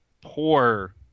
poor